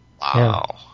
Wow